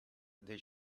they